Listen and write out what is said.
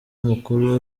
amakuru